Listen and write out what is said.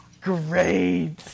Great